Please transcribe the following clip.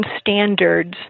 standards